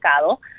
mercado